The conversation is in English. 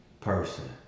person